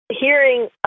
hearing